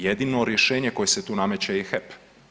Jedino rješenje koje se tu nameće je HEP.